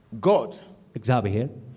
God